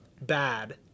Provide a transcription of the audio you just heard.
bad